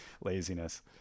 laziness